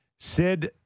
Sid